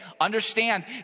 understand